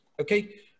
Okay